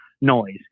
noise